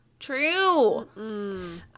True